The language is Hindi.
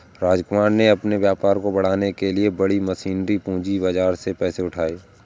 रामकुमार ने अपने व्यापार को बढ़ाने के लिए बड़ी मशीनरी पूंजी बाजार से पैसे उठाए